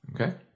Okay